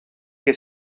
que